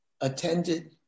attended